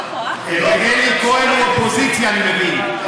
ואלי כהן הוא אופוזיציה, אני מבין.